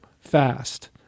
fast